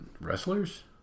wrestlers